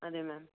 అదే మ్యామ్